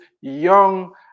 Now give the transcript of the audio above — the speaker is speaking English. young